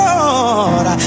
Lord